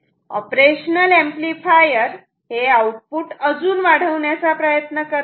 operational amplifier हे output अजून वाढवण्याचा प्रयत्न करते